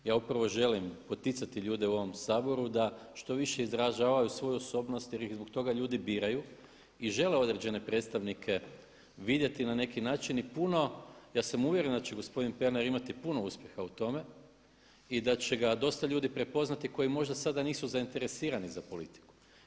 Ja upravo želim poticati ljude u ovom Saboru da što više izražavaju svoju osobnost jer ih zbog toga ljudi biraju i žele određene predstavnike vidjeti na neki način i puno, ja sam uvjeren da će gospodin Pernar imati puno uspjeha u tome i da će ga dosta ljudi prepoznati koji možda sada nisu zainteresirani za politiku.